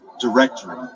directory